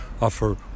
offer